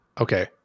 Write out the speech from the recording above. Okay